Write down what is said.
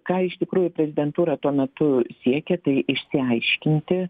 ką iš tikrųjų prezidentūra tuo metu siekė tai išsiaiškinti